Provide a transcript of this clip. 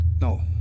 No